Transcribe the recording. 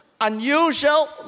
unusual